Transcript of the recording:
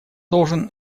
должен